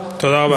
היושב-ראש.